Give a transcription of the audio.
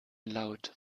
laut